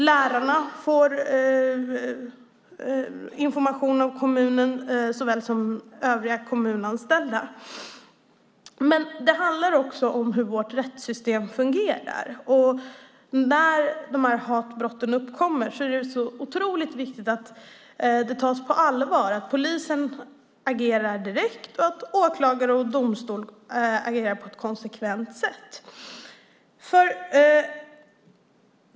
Lärare såväl som övriga kommunanställda får information. Det handlar dock också om hur vårt rättssystem fungerar. När hatbrotten uppkommer är det mycket viktigt att det tas på allvar, att polisen agerar direkt och att åklagare och domstol agerar på ett konsekvent sätt.